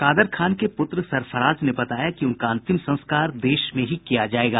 कादर खान के पूत्र सरफराज ने बताया कि उनका अंतिम संस्कार देश में ही किया जायेगा